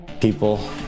people